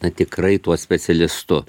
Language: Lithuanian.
na tikrai tuo specialistu